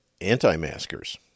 anti-maskers